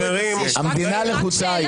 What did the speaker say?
מלחיצה, מדינה לחוצה.